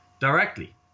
directly